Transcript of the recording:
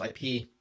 IP